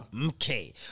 Okay